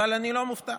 אבל אני לא מופתע,